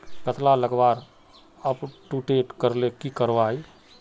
कतला लगवार अपटूडेट करले की करवा ई?